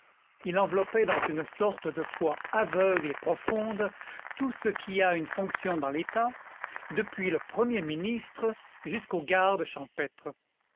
il enveloppait dans une sorte de foi aveugle et profonde tout ce qui a une fonction dans l'état depuis le premier ministre jusqu'au garde champêtre